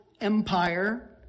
empire